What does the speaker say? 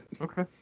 Okay